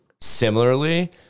similarly